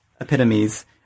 epitomes